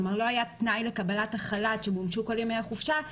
כלומר לא היה תנאי לקבלת החל"ת שמומשו כל ימי החופשה,